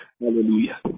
Hallelujah